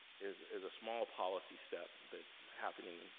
is is a small policy step that's happening,